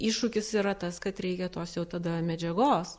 iššūkis yra tas kad reikia tos jau tada medžiagos